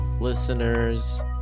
listeners